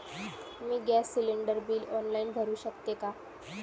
मी gas cylinder bill online भरु शकते का?